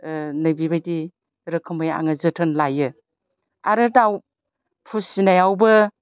नैबेबायदि रोखोमै आङो जोथोन लायो आरो दाउ फिसिनायावबो